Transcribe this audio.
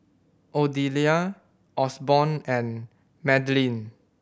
Ardelia Osborne and Madlyn